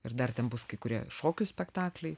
ir dar ten bus kai kurie šokių spektakliai